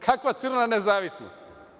Kakva crna nezavisnost?